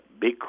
big